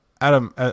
Adam